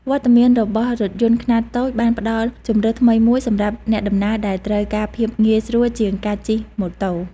វត្តមានរបស់រថយន្តខ្នាតតូចបានផ្តល់ជម្រើសថ្មីមួយសម្រាប់អ្នកដំណើរដែលត្រូវការភាពងាយស្រួលជាងការជិះម៉ូតូ។